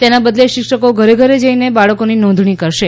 તેના બદલે શિક્ષકો ઘરે ઘર જઇને બાળકોનેી નોંધણી કરાશે